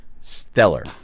stellar